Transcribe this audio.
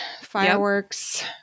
Fireworks